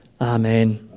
Amen